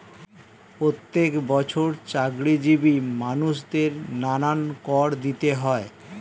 প্রত্যেক বছর চাকরিজীবী মানুষদের নানা কর দিতে হয়